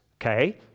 okay